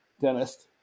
dentist